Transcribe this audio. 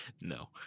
No